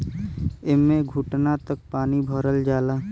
एम्मे घुटना तक पानी भरल जाला